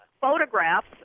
photographs